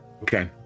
okay